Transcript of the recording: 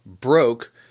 broke